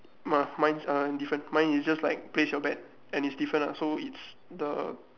nah mine is err different mine is just like place your bet and it's different lah so it's the